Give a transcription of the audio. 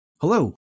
Hello